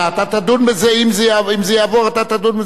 אני מעלה את הנושא הזה שוב,